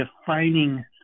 defining